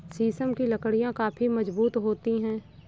शीशम की लकड़ियाँ काफी मजबूत होती हैं